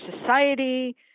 society